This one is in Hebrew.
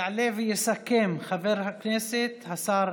יעלה ויסכם חבר הכנסת השר